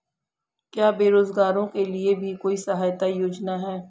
क्या बेरोजगारों के लिए भी कोई सहायता योजना है?